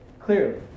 Clearly